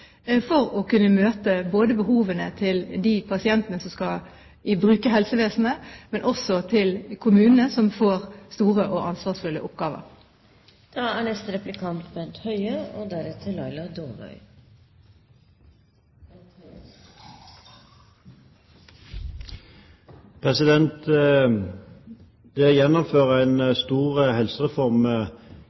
for å kunne møte behovene til de pasientene som skal bruke helsevesenet, men også til kommunene, som får store og ansvarsfulle oppgaver. Det å gjennomføre en stor helsereform